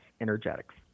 Energetics